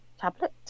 tablet